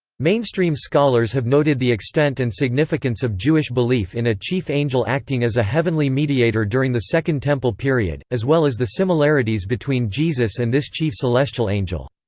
mainstream scholars have noted the extent and significance of jewish belief in a chief angel acting as a heavenly mediator during the second temple period, as well as the similarities between jesus and this chief celestial angel.